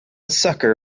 sucker